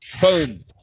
Boom